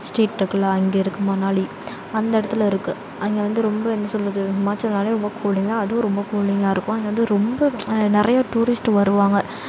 state இருக்குல்ல அங்கே இருக்குது மணாலி அந்த இடத்துல இருக்குது அங்கே வந்து ரொம்ப என்ன சொல்வது ஹிமாச்சல்னாலே ரொம்ப கூலிங்காக அதுவும் ரொம்ப கூலிங்காக இருக்கும் அங்கே வந்து ரொம்ப நிறைய டூரிஸ்ட்டு வருவாங்க